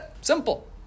Simple